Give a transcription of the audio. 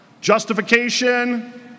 Justification